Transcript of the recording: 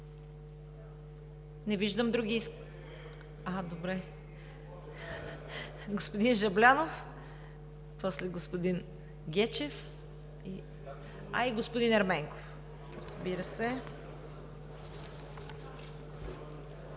Не виждам други (реплики), а добре. Господин Жаблянов, после господин Гечев, а и господин Ерменков, разбира се.